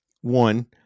One